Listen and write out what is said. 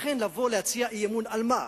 לכן, לבוא להציע אי-אמון, על מה?